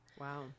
Wow